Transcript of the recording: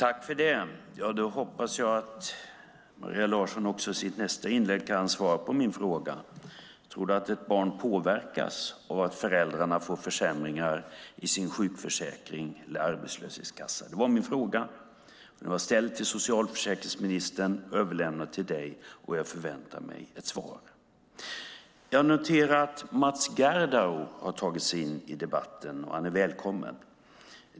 Fru talman! Jag hoppas att Maria Larsson i sitt nästa inlägg svarar på min fråga: Tror du att ett barn påverkas av att föräldrarna får försämringar i sin sjukförsäkring eller arbetslöshetskassa? Det var min fråga. Den var ställd till socialförsäkringsministern och överlämnad till dig. Jag förväntar mig ett svar. Jag noterar att Mats Gerdau har anmält sig till debatten. Han är välkommen.